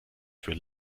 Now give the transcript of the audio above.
für